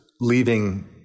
leaving